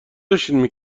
داشتین